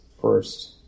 First